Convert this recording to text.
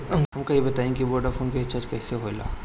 हमका ई बताई कि वोडाफोन के रिचार्ज कईसे होला?